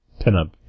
pinup